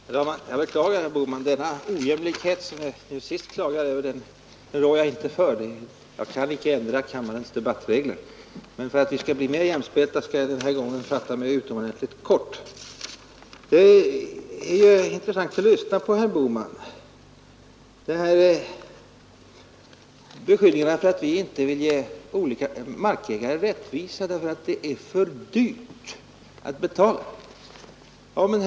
Herr talman! Jag beklagar, herr Bohman, denna ojämlikhet som herr Bohman sist påpekade. Den rår jag inte för. Jag kan icke ändra kammarens debattregler, men för att vi skall bli mer jämspelta skall jag mn den här gången fatta mig utomordentligt kort. Regional utveck Det är intressant att lyssna på herr Bohman. Han är missnöjd med att = ling och hushållning vi inte vill ge olika markägare rättvisa därför att det är för dyrt att med mark och vatbetala.